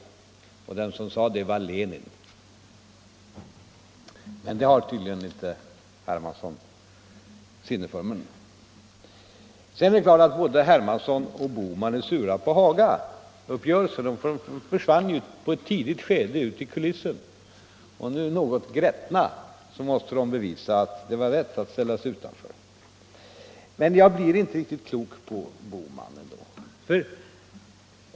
Den som sade detta var Lenin, men det har tydligen inte herr Hermansson sinne för nu. Sedan är det klart att både herr Hermansson och herr Bohman är sura på Hagauppgörelsen. De försvann ju på ett tidigt skede ut i kulissen och nu, något grättna, måste de bevisa att det var rätt att ställa sig utanför. Men jag blir ändå inte riktigt klok på herr Bohman.